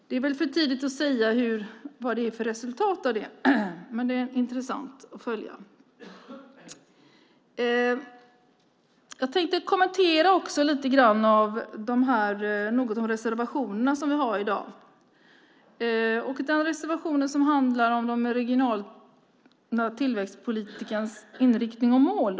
Det är väl för tidigt att säga vad det har blivit för resultat av det men det är intressant att följa. Jag tänkte också lite grann kommentera de reservationer som vi har i dag. En reservation handlar om den regionala tillväxtpolitikens inriktning och mål.